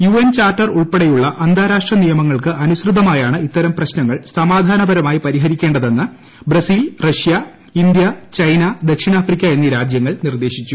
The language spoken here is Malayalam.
യുഎൻ ചാർട്ടർ ഉൾപ്പെടെയുള്ള അന്താരാഷ്ട്ര നിയമങ്ങൾക്ക് അനുസൃതമായാണ് ് ഇത്തരം പ്രശ്നങ്ങൾ സമാധാനപരമായി പരിഹരിക്കേണ്ടതെന്ന് ബ്രസീൽ റഷ്യ ഇന്ത്യ ചൈന ദക്ഷിണാഫ്രിക്ക എന്നീ രാജ്യങ്ങൾ നിർദ്ദേശിച്ചു